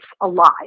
alive